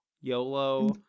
yolo